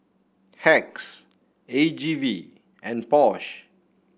Hacks A G V and Porsche